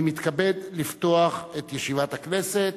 אני מתכבד לפתוח את ישיבת הכנסת.